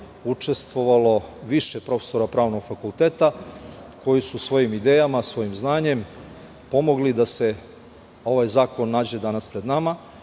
učestvovalo više profesora Pravnog fakulteta koji su svojim idejama, svojim znanjem pomogli da se ovaj zakon danas nađe pred nama.